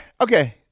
Okay